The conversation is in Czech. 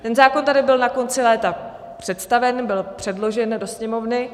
Ten zákon tady byl na konci léta představen, byl předložen do Sněmovny.